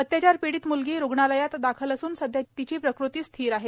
अत्याचार पीडित मूलगी रुग्णालयात दाखल असून सध्या तिची प्रकृती स्थिर आहे